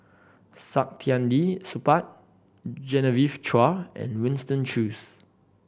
Saktiandi Supaat Genevieve Chua and Winston Choos